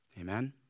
Amen